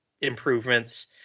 Improvements